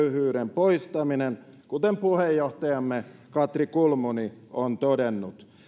poistaminen kuten puheenjohtajamme katri kulmuni on todennut